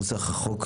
נוסח החוק,